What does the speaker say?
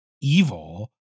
evil